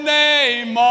name